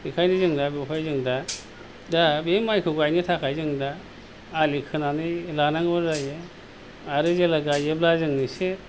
बेखायनो जों दा बेवहाय जों दा दा बे माइखौ गायनो थाखाय जों दा आलि खोनानै लानांगौ जायो आरो जेला गायोब्ला जों एसे